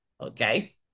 okay